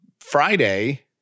Friday